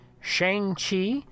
Shang-Chi